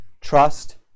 Trust